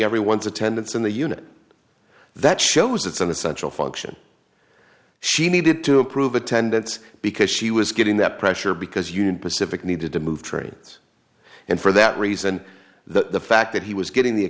everyone's attendance in the unit that shows it's an essential function she needed to approve attendance because she was getting that pressure because union pacific needed to move trains and for that reason the fact that he was getting the